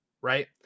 right